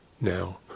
Now